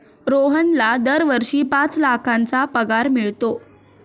रोहनला दरवर्षी पाच लाखांचा पगार मिळतो